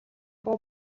буу